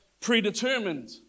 predetermined